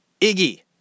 Iggy